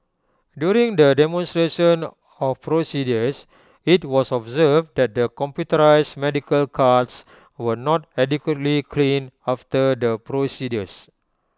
during the demonstrations of procedures IT was observed that the computerised medical carts were not adequately cleaned after the procedures